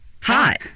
Hot